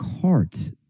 cart